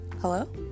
Hello